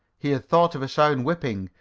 he had thought of a sound whipping,